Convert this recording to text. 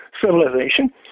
civilization